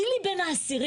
תבדילי בין האסירים.